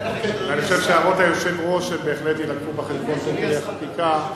אני חושב שהערות היושב-ראש בהחלט יילקחו בחשבון תוך כדי החקיקה.